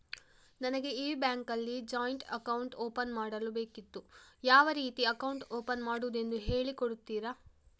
ನನಗೆ ಈ ಬ್ಯಾಂಕ್ ಅಲ್ಲಿ ಜಾಯಿಂಟ್ ಅಕೌಂಟ್ ಓಪನ್ ಮಾಡಲು ಬೇಕಿತ್ತು, ಯಾವ ರೀತಿ ಅಕೌಂಟ್ ಓಪನ್ ಮಾಡುದೆಂದು ಹೇಳಿ ಕೊಡುತ್ತೀರಾ?